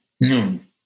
noon